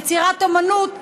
יצירת אומנות,